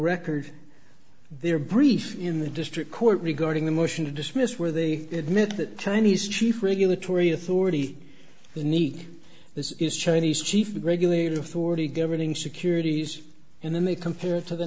record their brief in the district court regarding the motion to dismiss where they admit that chinese chief regulatory authority the need this is chinese chief with regular authority governing securities and then they compare to the